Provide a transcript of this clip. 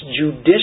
judicial